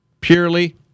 purely